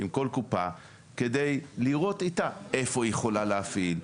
עם כל קופה כדי לראות איתה איפה היא יכולה להפעיל.